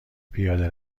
پیاده